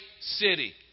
city